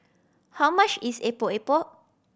how much is Epok Epok